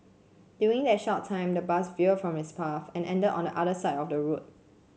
during that short time the bus veered from its path and ended on the other side of the road